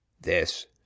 This